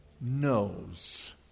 knows